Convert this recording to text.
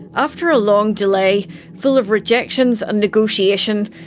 after a long delay full of rejections and negotiation,